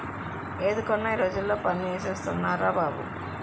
ఏది కొన్నా ఈ రోజుల్లో పన్ను ఏసేస్తున్నార్రా బాబు